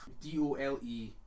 D-O-L-E